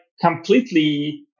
completely